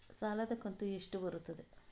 ಸಾಲದ ಕಂತು ಎಷ್ಟು ಬರುತ್ತದೆ?